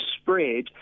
spread